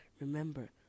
Remember